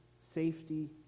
safety